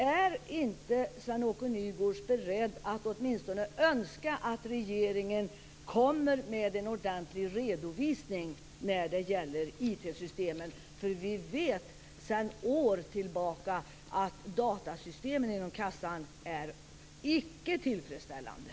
Är inte Sven-Åke Nygårds beredd att åtminstone önska att regeringen kommer med en ordentlig redovisning om IT-systemen? Sedan år tillbaka vet vi ju att datasystemen inom försäkringskassan icke är tillfredsställande.